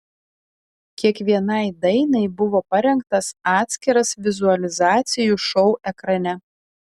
kiekvienai dainai buvo parengtas atskiras vizualizacijų šou ekrane